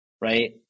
Right